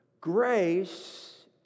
grace